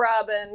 Robin